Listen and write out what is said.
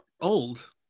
old